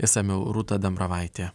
išsamiau rūta dambravaitė